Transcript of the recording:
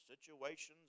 situations